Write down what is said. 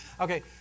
Okay